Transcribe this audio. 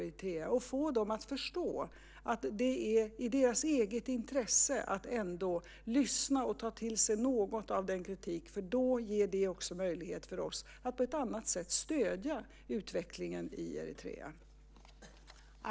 Det gäller att få dem att förstå att det är i deras eget intresse att ändå lyssna och ta till sig något av den kritik som förs fram. Det ger också möjlighet för oss att på ett annat sätt stödja utvecklingen i Eritrea.